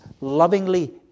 lovingly